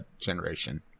generation